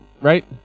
right